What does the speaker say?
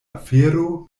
afero